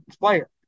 player